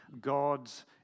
God's